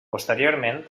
posteriorment